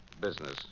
business